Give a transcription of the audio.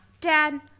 Dad